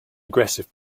aggressive